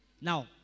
Now